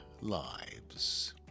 lives